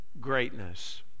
greatness